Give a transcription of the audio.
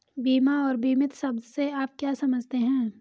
बीमा और बीमित शब्द से आप क्या समझते हैं?